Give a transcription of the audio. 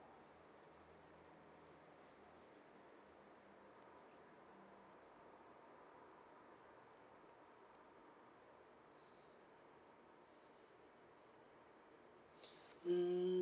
mm